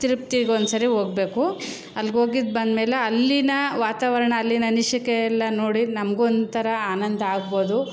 ತಿರುಪ್ತಿಗೆ ಒಂದ್ಸರಿ ಹೋಗ್ಬೇಕು ಅಲ್ಗೆ ಹೋಗಿದ್ದು ಬಂದಮೇಲೆ ಅಲ್ಲಿನ ವಾತಾವರಣ ಅಲ್ಲಿನ ನಿಶಕ್ಕ ಎಲ್ಲ ನೋಡಿ ನಮಗೂ ಒಂಥರ ಆನಂದ ಆಗ್ಬೋದು